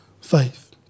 faith